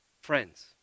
Friends